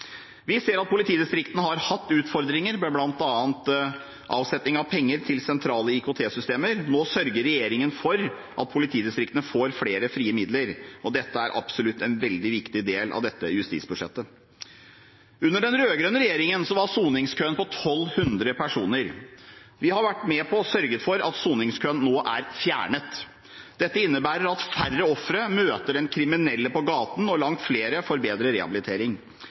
Vi ser at politidistriktene har hatt utfordringer med bl.a. avsetning av penger til sentrale IKT-systemer. Nå sørger regjeringen for at politidistriktene får flere frie midler. Dette er absolutt en veldig viktig del av dette justisbudsjettet. Under den rød-grønne regjeringen var soningskøen på 1 200 personer. Vi har vært med på å sørge for at soningskøen nå er fjernet. Dette innebærer at færre ofre møter den kriminelle på gaten, og langt flere får bedre rehabilitering.